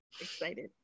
Excited